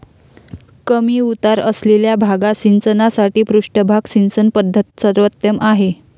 कमी उतार असलेल्या भागात सिंचनासाठी पृष्ठभाग सिंचन पद्धत सर्वोत्तम आहे